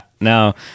no